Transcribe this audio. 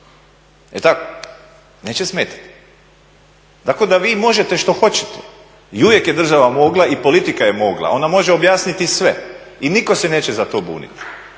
tako? Neće smetati. Tako da vi možete što hoćete i uvijek je država mogla i politika je mogla, ona može objasniti sve. I nitko se neće za to buniti.